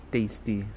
Tasty